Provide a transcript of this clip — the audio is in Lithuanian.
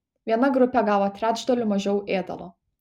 viena grupė gavo trečdaliu mažiau ėdalo